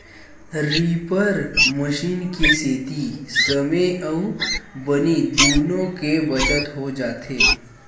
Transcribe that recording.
reaper machine के सेती समे अउ बनी दुनो के बचत हो जाथे